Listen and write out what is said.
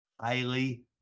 Highly